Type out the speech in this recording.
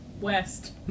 west